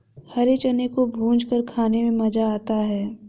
हरे चने को भूंजकर खाने में मज़ा आता है